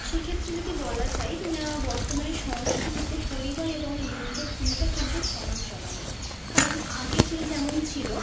সেক্ষেত্রে যদি বলা যায় বর্তমানের সংস্কৃতিতে পরিবার এবং লিঙ্গের ভূমিকা কিন্তু সমান সমানই কারণ আগে যেমন ছিল